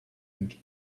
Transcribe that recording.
and